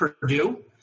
Purdue